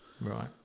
right